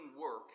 work